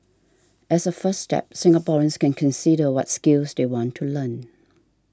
as a first step Singaporeans can consider what skills they want to learn